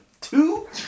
Two